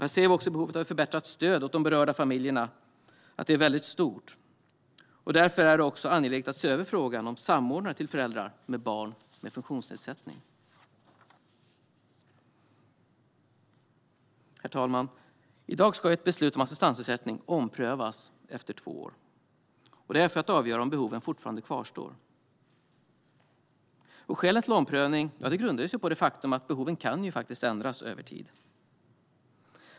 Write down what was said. Vi ser att behovet av ett förbättrat stöd till de berörda familjerna är stort. Därför är det angeläget att se över frågan om samordnare till föräldrar med barn med funktionsnedsättning. Herr talman! I dag ska ett beslut om assistansersättning omprövas efter två år för att avgöra om behoven fortfarande kvarstår. Skälen till omprövning grundar sig på det faktum att behoven kan ändras över tid.